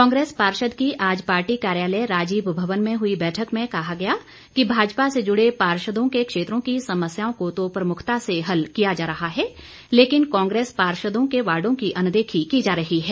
कांग्रेस पार्षद की आज पार्टी कार्यालय राजीव भवन में हुई बैठक में कहा गया कि भाजपा से जुड़े पार्षदों के क्षेत्रों की समस्याओं को तो प्रमुखता से हल किया जा रहा है लेकिन कांग्रेस पार्षदों के वार्डो की अनदेखी की जा रही है